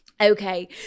okay